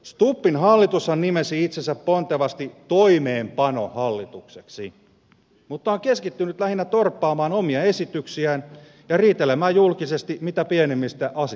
stubbin hallitushan nimesi itsensä pontevasti toimeenpanohallitukseksi mutta on keskittynyt lähinnä torppaamaan omia esityksiään ja riitelemään julkisesti mitä pienimmistä asioista